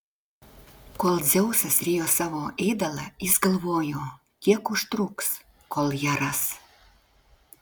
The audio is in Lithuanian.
kol dzeusas rijo savo ėdalą jis galvojo kiek užtruks kol ją ras